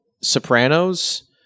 Sopranos